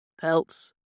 Pelts